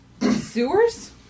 Sewers